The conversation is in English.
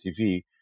TV